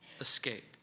escape